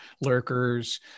lurkers